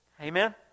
Amen